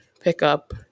pickup